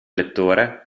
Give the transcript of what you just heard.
lettore